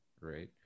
right